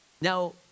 Now